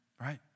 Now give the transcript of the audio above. Right